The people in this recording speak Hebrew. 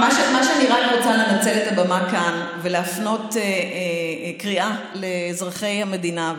אני רק רוצה לנצל את הבמה כאן ולהפנות קריאה לאזרחי המדינה,